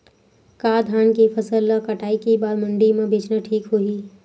का धान के फसल ल कटाई के बाद मंडी म बेचना ठीक होही?